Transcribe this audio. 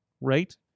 right